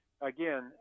Again